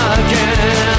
again